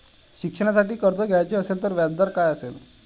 शिक्षणासाठी कर्ज घ्यायचे असेल तर व्याजदर काय असेल?